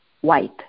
white